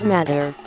Matter